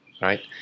right